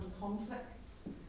conflicts